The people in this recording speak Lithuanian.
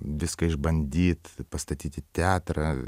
viską išbandyt pastatyti teatrą